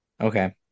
Okay